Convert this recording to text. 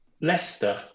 Leicester